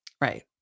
right